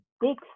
big